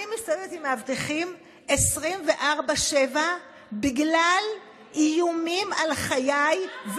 ואני מסתובבת עם מאבטחים 24/7 בגלל איומים על חיי,